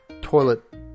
toilet